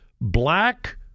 black